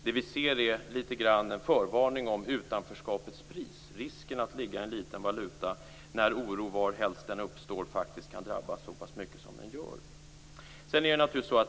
Det vi ser är litet grand en förvarning om utanförskapets pris, risken att ligga i en liten valuta när oro, varhelst den uppstår, faktiskt kan drabba så pass mycket som den gör.